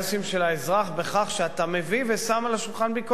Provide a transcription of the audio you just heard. של האזרח בכך שאתה מביא ושם על השולחן ביקורת,